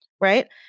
right